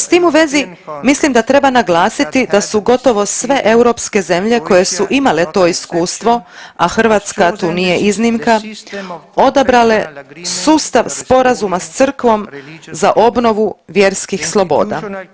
S tim u vezi mislim da treba naglasiti da su gotovo sve europske zemlje koje su imale to iskustvo, a Hrvatska tu nije iznimka odabrale sustav sporazuma s crkvom za obnovu vjerskih sloboda.